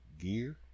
Gear